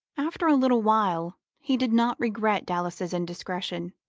after a little while he did not regret dallas's indiscretion.